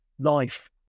life